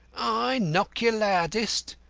ay, knock your loudest,